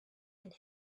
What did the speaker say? and